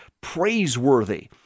praiseworthy